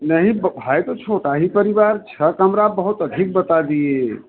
नहीं है तो छोटा ही परिवार छः कमरा बहुत अधिक बता दिए